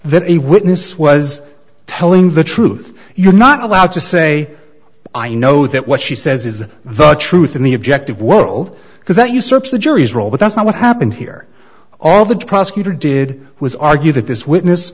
that a witness was telling the truth you're not allowed to say i know that what she says is the truth in the objective world because that usurps the jury's role but that's not what happened here all the prosecutor did was argue that this witness